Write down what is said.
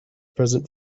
present